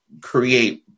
create